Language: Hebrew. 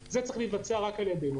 זה צריך להתבצע רק על ידנו.